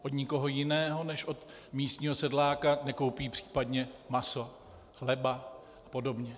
Od nikoho jiného než od místního sedláka nekoupí případně maso, chleba a podobně.